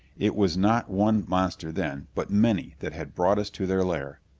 it was not one monster then, but many that had brought us to their lair.